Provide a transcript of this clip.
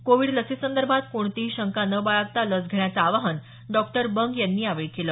Covid लसीसंदर्भात कोणतीही शंका न बाळगता लस घेण्याचं आवाहन डॉ बंग यांनी यावेळी केलं